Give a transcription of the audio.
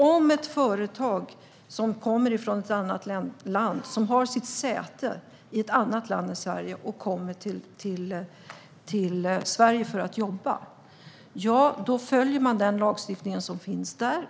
Om ett företag som har sitt säte i ett annat land än Sverige kommer hit för att arbeta följer man den lagstiftning som finns här.